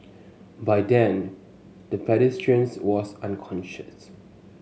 by then the pedestrian was unconscious